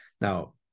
now